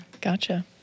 gotcha